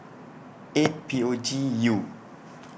eight P O G I U